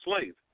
slave